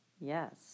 Yes